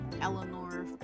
Eleanor